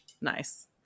nice